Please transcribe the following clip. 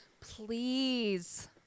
Please